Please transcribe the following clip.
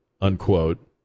unquote